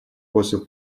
was